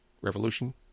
revolution